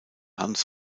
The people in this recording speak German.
hans